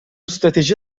strateji